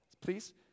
please